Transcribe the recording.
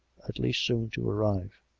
at least soon to arrive